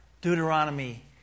Deuteronomy